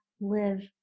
live